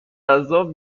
جذاب